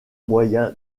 moyen